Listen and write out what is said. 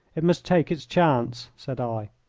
it must take its chance, said i.